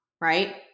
right